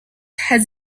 has